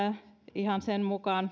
ihan sen mukaan